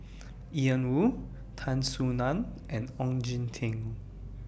Ian Woo Tan Soo NAN and Ong Jin Teong